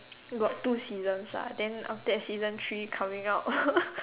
got two seasons ah then after that season three coming out